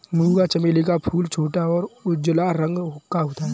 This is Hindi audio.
मूंगा चमेली का फूल छोटा और उजला रंग का होता है